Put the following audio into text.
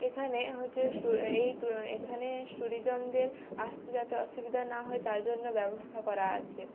এখানে হচ্ছে স্টোর এই তো এখানে টুরিজমদের আসতে যাতে অসুবিধা না হয় তাই জন্য ব্যবস্থা করা আছে